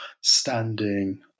standing